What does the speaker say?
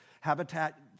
Habitat